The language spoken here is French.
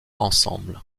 ensemble